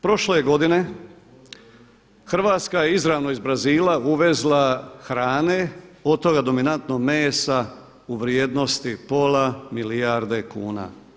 Prošle je godine Hrvatska izravno iz Brazila uvezla hrane, od toga dominantnog mesa u vrijednosti pola milijarde kuna.